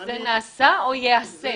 --- זה נעשה או ייעשה?